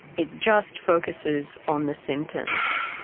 it just focuses on the symptoms.